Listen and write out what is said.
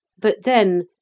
but, then,